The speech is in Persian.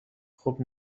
خوب